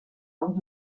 ongi